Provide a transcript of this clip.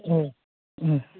औ उम